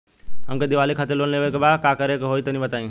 हमके दीवाली खातिर लोन लेवे के बा का करे के होई तनि बताई?